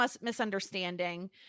misunderstanding